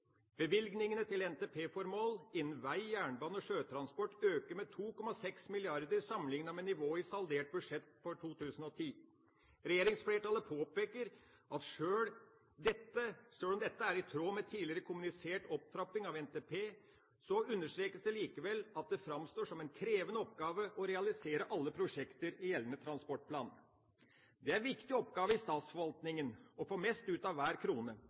Bevilgningene til NTP-formål innen vei, jernbane og sjøtransport øker med 2,6 mrd. kr sammenlignet med nivået i saldert budsjett for 2010. Regjeringsflertallet påpeker at dette er i tråd med tidligere kommunisert opptrapping av NTP, men understreker likevel at det framstår som en krevende oppgave å realisere alle prosjekter i gjeldende transportplan. Det er en viktig oppgave i statsforvaltningen å få mest ut av hver krone.